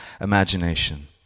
imagination